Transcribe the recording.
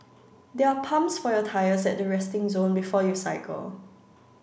there are pumps for your tyres at the resting zone before you cycle